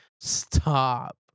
Stop